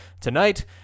tonight